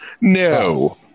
no